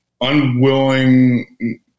unwilling